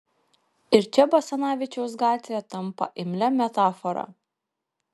ir čia basanavičiaus gatvė tampa imlia metafora